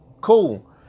cool